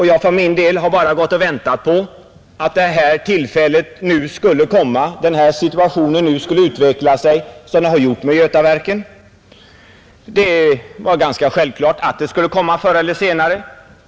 Jag för min del har bara gått och väntat på att situationen skulle utveckla sig så för varven som den nu har gjort för Götaverken, Det var ganska självklart att det skulle ske — förr eller senare.